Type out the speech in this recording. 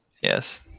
Yes